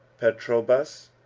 patrobas,